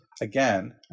again